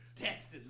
Texas